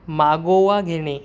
मागोवा घेणे